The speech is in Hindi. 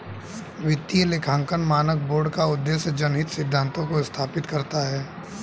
वित्तीय लेखांकन मानक बोर्ड का उद्देश्य जनहित सिद्धांतों को स्थापित करना है